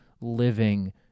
living